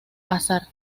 azar